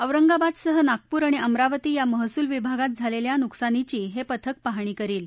औरंगाबादसह नागपूर आणि अमरावती या महसूल विभागात झालेल्या नुकसानीची हे पथक पाहणी करील